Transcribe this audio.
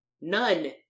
None